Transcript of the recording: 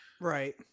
Right